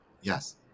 Yes